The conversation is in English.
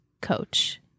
Coach